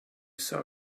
saw